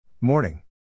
Morning